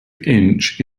inch